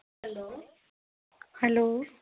hello hello